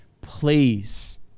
please